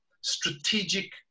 strategic